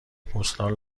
پستال